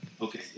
Okay